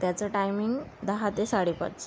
त्याचं टायमिंग दहा ते साडेपाच